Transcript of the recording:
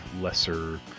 lesser